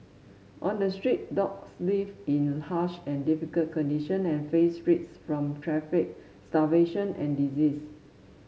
on the street dogs live in harsh and difficult condition and face risk from traffic starvation and disease